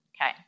Okay